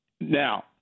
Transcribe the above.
Now